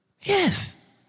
Yes